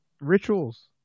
rituals